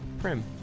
Prim